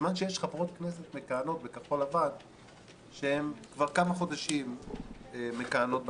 בזמן שיש חברות כנסת מכהנות בכחול לבן שכבר כמה חודשים מכהנות בכנסת.